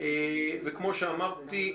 וכפי שאמרתי,